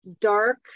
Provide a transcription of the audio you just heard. dark